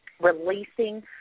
releasing